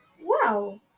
Wow